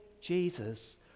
Jesus